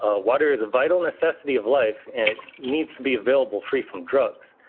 ah water is a vital necessity of life and it needs to be available free from drugs.